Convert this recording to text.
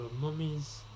mummies